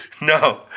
No